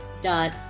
dot